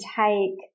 take